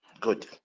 Good